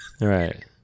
Right